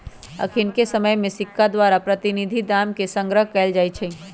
अखनिके समय में सिक्का द्वारा प्रतिनिधि दाम के संग्रह कएल जाइ छइ